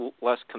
less